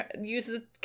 uses